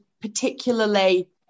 particularly